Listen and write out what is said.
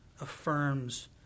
affirms